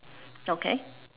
okay